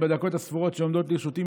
בדקות הספורות שעומדות לרשותי,